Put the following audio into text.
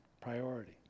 priority